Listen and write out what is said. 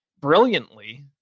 brilliantly